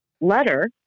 letter